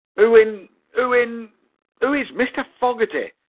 who in who in who is mr. fogerty?